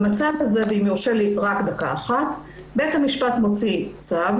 במצב הזה בית המשפט מוציא צו,